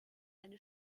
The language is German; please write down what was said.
eine